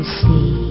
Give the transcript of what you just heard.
see